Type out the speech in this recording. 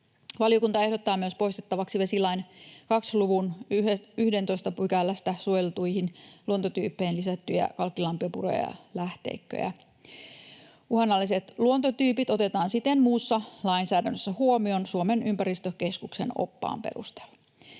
Valiokunta ehdottaa poistettavaksi myös vesilain 2 luvun 11 §:stä suojeltuihin luontotyyppeihin lisättyjä kalkkilampia, puroja ja lähteikköjä. Uhanalaiset luontotyypit otetaan siten muussa lainsäädännössä huomioon Suomen ympäristökeskuksen oppaan perusteella.